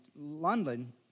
London